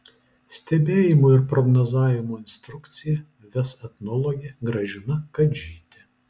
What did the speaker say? stebėjimų ir prognozavimo instrukciją ves etnologė gražina kadžytė